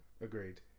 Agreed